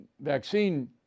vaccine